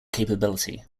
capability